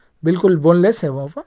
بالکل boneless ہے وہ وہ